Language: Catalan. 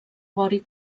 vori